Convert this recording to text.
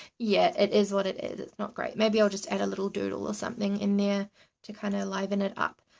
yeah, it is what it it is not great. maybe i'll just add a little doodle or something in there to kind of liven it up.